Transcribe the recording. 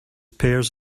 pairs